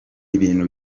ibintu